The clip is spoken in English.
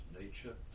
nature